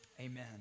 Amen